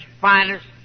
finest